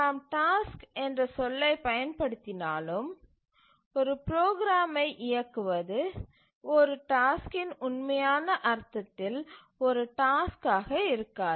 நாம் டாஸ்க் என்ற சொல்லைப் பயன்படுத்தினாலும் ஒரு ப்ரோக்ராமை இயக்குவது ஒரு டாஸ்க்கின் உண்மையான அர்த்தத்தில் ஒரு டாஸ்க் ஆக இருக்காது